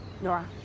Nora